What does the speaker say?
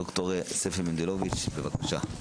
ד"ר ספי מנדלוביץ, בבקשה.